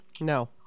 No